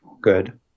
good